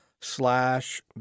slash